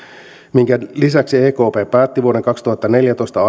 minkä lisäksi ekp päätti vuoden kaksituhattaneljätoista